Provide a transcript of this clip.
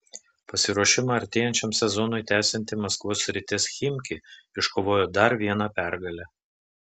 pasiruošimą artėjančiam sezonui tęsianti maskvos srities chimki iškovojo dar vieną pergalę